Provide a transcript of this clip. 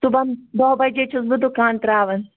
صُبحن دہ بَجے چھَس بہٕ دُکان ترٛاوان